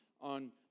on